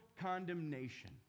condemnation